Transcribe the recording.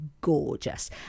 gorgeous